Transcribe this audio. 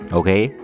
okay